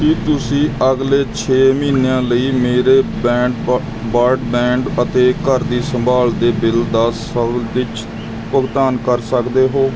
ਕੀ ਤੁਸੀਂਂ ਅਗਲੇ ਛੇ ਮਹੀਨਿਆਂ ਲਈ ਮੇਰੇ ਬਰੈਂਡਬਾ ਬਰਾਡਬੈਂਡ ਅਤੇ ਘਰ ਦੀ ਸੰਭਾਲ ਦੇ ਬਿੱਲ ਦਾ ਸਵੈਚਲਿਤ ਭੁਗਤਾਨ ਕਰ ਸਕਦੇ ਹੋ